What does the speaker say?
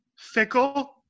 fickle